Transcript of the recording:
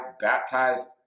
baptized